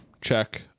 check